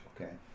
Okay